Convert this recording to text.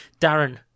darren